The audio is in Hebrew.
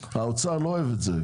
האוצר לא אוהב את זה,